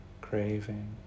craving